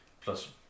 plus